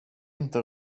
inte